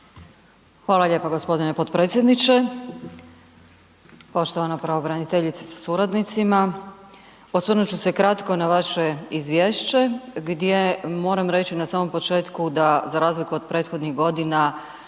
Hvala lijepo g. potpredsjedniče. Poštovana pravobraniteljice sa suradnicima, osvrnut ću se kratko na vaše izvješće gdje moram reći na samom početku da za razliku od prethodnih godina